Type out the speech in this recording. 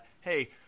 hey